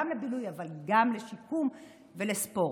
גם לבילוי אבל גם לשיקום ולספורט.